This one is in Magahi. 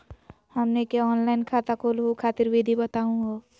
हमनी के ऑनलाइन खाता खोलहु खातिर विधि बताहु हो?